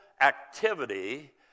activity